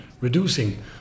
reducing